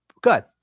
good